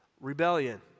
rebellion